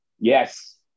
Yes